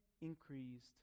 increased